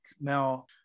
Now